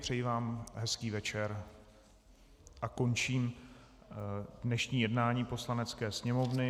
Přeji vám hezký večer a končím dnešní jednání Poslanecké sněmovny.